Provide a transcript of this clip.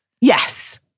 Yes